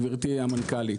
גברתי המנכ"לית.